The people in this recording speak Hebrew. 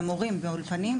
למורים והאולפנים,